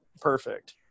perfect